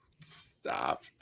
Stop